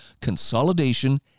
consolidation